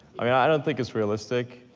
i mean i don't think it's realistic,